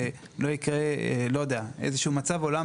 או קרה איזשהו מצב אחר,